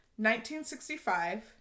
1965